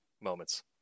moments